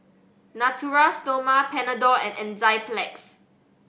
Natura Stoma Panadol and Enzyplex